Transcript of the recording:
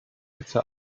hitze